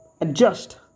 adjust